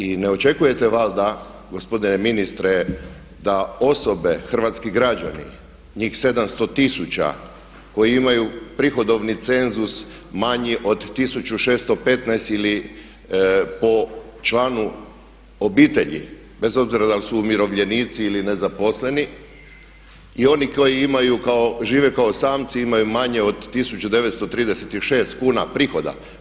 I ne očekujete valjda gospodine ministre da osobe, hrvatski građani njih 700 tisuća koji imaju prihodovni cenzus manji od 1615 ili po članu obitelji bez obzira da li su umirovljenici ili nezaposleni i oni koji žive kao samci imaju manje od 1936 kuna prihoda.